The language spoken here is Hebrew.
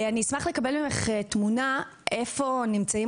אני אשמח לקבל ממך תמונה לגבי איפה נמצאים